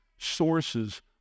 sources